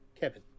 Kevin